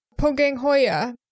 Poganghoya